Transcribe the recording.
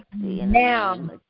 now